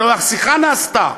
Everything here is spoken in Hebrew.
הלוא השיחה נעשתה,